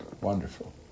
wonderful